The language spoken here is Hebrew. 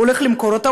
הולך למכור אותה,